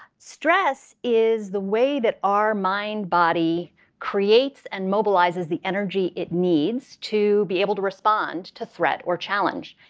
stress is the way that our mind-body creates and mobilizes the energy it needs to be able to respond to threat or challenge.